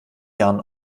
jahren